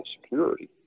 security